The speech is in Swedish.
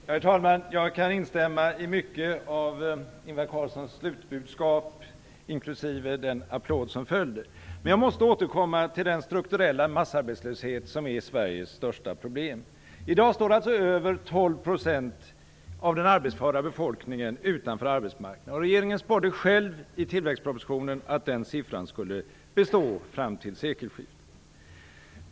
Herr talman! Jag kan instämma i mycket när det gäller Ingvar Carlssons slutbudskap, inklusive den applåd som följde. Men jag måste återkomma till den strukturella massarbetslösheten, som är Sveriges största problem. I dag står över 12 % av den arbetsföra befolkningen utanför arbetsmarknaden. Regeringen spådde själv i tillväxtpropositionen att den siffran skulle bestå fram till sekelskiftet.